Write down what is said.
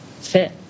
fit